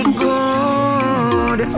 good